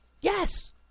Yes